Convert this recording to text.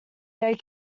they